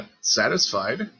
satisfied